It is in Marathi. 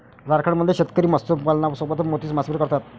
झारखंडचे शेतकरी मत्स्यपालनासोबतच मोती मासेमारी करतात